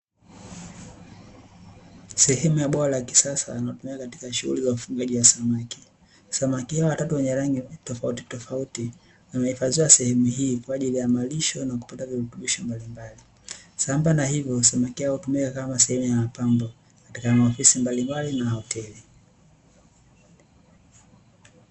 Sehemu ya bwawa la kisasa linalotumika katika shughuli za ufugaji wa samaki. Samaki hawa wenye rangi tofautitofauti wamehifadhiwa sehemu hii kwa ajili ya malisho ya virutubisho mbalimbali, sambamba na hivyo samaki hawa hutumika kama sehemu ya mapambo katika maofisi mbalimbali na hoteli.